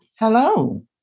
Hello